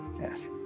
Yes